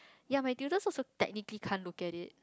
ya my tutors also technically can't look at it